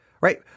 right